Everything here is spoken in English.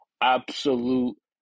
absolute